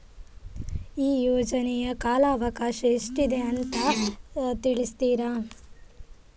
ಈ ಯೋಜನೆಯ ಕಾಲವಕಾಶ ಎಷ್ಟಿದೆ ಅಂತ ತಿಳಿಸ್ತೀರಾ?